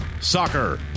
Soccer